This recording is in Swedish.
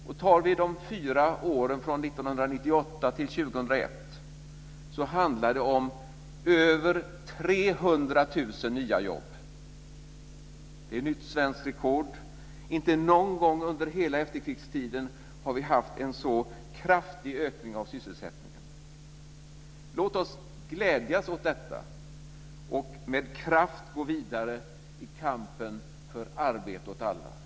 Om vi tar de fyra åren från 1998 till 2001, handlar det om över 300 000 nya jobb. Det är nytt svenskt rekord. Inte någon gång under hela efterkrigstiden har vi haft en så kraftig ökning av sysselsättningen. Låt oss glädjas åt detta och med kraft gå vidare i kampen för arbete åt alla.